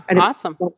Awesome